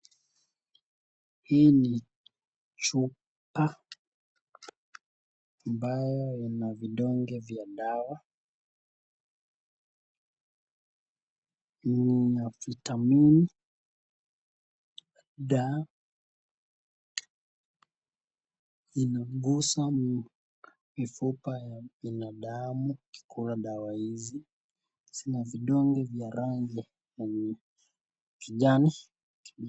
Hii ni chupa ambayo ina vidonge vya dawa, ni ya vitamin D inaguza mifupa ya binadamu ukitumia. Zina vidonge vya rangi yenye kijani kibichi